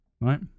Right